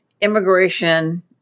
immigration